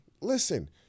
Listen